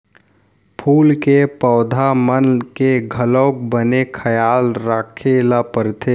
फूल के पउधा मन के घलौक बने खयाल राखे ल परथे